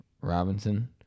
Robinson